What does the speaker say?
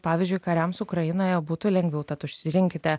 pavyzdžiui kariams ukrainoje būtų lengviau tad užsirinkite